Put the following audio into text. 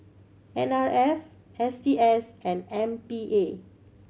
N R F S T S and M P A